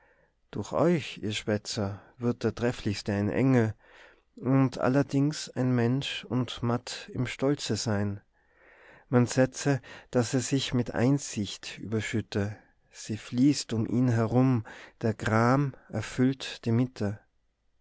durch euch ihr schwätzer wird der trefflichste ein engel und allerdings ein mensch und matt im stolze sein man sehe dass er sich mit einsicht überschütte sie fließt um ihn herum der gram erfüllt die mitte